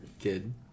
kid